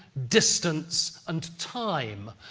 distance and time.